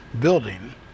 building